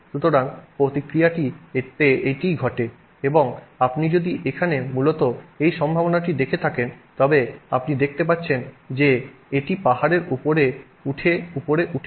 সুতরাং প্রক্রিয়াটিতে এটিই ঘটে এবং আপনি যদি এখানে মূলত এই সম্ভাবনাটি দেখে থাকেন তবে আপনি দেখতে পাচ্ছেন যে এটি পাহাড়ের উপরে উঠে উপরে উঠে যায়